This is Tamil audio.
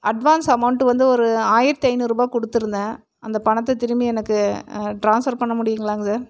அட்வான்ஸ் அமௌண்ட் வந்து ஒரு ஆயிரத்து ஐநூறுரூபா கொடுத்துருந்தேன் அந்த பணத்தை திரும்பி எனக்கு டிரான்ஸ்ஃபர் பண்ண முடியுங்களாங்க சார்